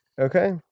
okay